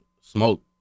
Smoke